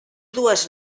dues